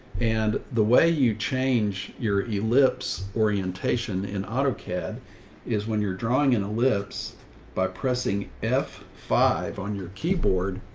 and the way you change your ellipse orientation in autocad is when you're drawing in a lips by pressing f five on your keyboard,